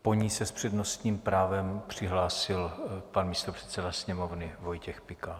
Po ní se s přednostním právem přihlásil pan místopředseda Sněmovny Vojtěch Pikal.